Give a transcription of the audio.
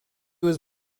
was